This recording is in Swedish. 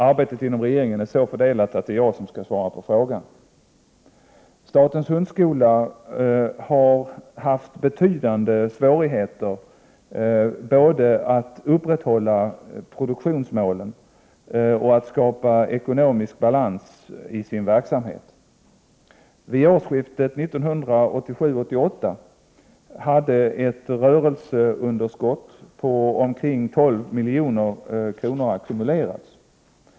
Arbetet inom regeringen är så fördelat att det är jag som skall svara på interpellationen. Statens hundskola har haft betydande svårigheter både att upprätthålla produktionsmålen och att skapa ekonomisk balans i sin verksamhet. Vid årsskiftet 1987-1988 hade ett rörelseunderskott på omkring 12 milj.kr. ackumulerats.